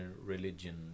religion